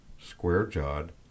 square-jawed